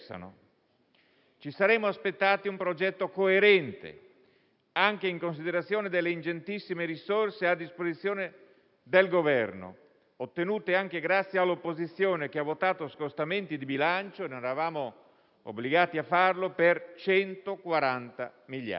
Ci saremmo aspettati un progetto coerente, in considerazione delle ingentissime risorse a disposizione del Governo, ottenute anche grazie all'opposizione, che ha votato scostamenti di bilancio, senza essere obbligata a farlo, per 140 miliardi.